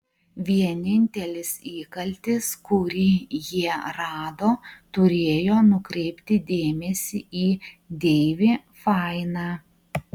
vienintelis įkaltis kurį jie rado turėjo nukreipti dėmesį į deivį fainą